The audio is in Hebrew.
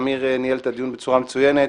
אמיר ניהל את הדיון בצורה מצוינת,